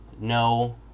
no